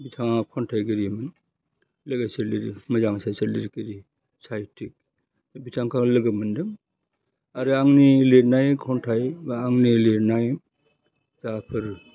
बिथाङा खन्थाइगिरिमोन लोगोसे लिरगिरि मोजां सासे लिरगिरि साइटिक बिथांखौ लोगो मोन्दों आंनि लिरनाय खन्थाइ बा आंनि लिरनाय जाफोर